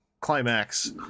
climax